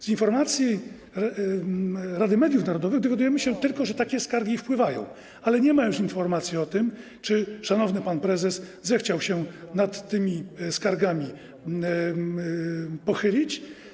Z informacji Rady Mediów Narodowych dowiadujemy się tylko, że takie skargi wpływają, ale nie ma już informacji o tym, czy szanowny pan prezes zechciał się nad tymi skargami pochylić.